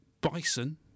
bison